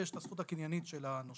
ויש את זכות הקניינית של הנושה,